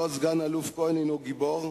סגן-אלוף כהן הינו גיבור,